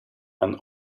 and